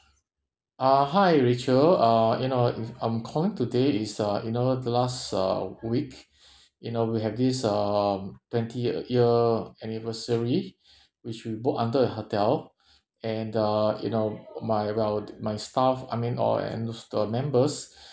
uh hi rachel uh you know mm um I'm calling today is uh you know the last uh week you know we have this uh twenty year anniversary which we booked under your hotel and uh you know my about my staff I mean all and it's uh members